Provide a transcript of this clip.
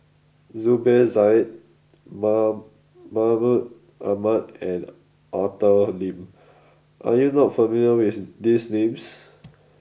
Zubir Said mom Mahmud Ahmad and Arthur Lim are you not familiar with these names